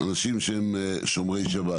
אנשים שהם שומרי שבת